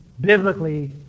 biblically